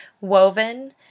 woven